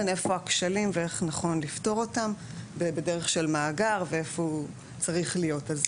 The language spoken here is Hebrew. איפה הכשלים ואיך נכון לפתור אותם ובדרך של מאגר ואיפה הוא צריך להיות.